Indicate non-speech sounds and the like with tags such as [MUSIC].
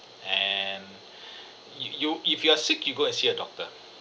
and [BREATH] you you if you're sick you go and see a doctor